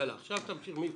עכשיו תמשיך מפה.